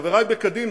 וחברי בקדימה: